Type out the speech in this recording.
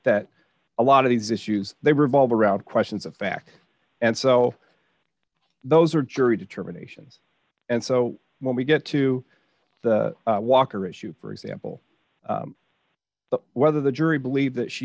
that a lot of these issues they revolve around questions of fact and so those are jury determination and so when we get to the walker issue for example whether the jury believe that she